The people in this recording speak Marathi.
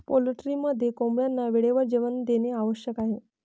पोल्ट्रीमध्ये कोंबड्यांना वेळेवर जेवण देणे आवश्यक आहे